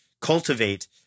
cultivate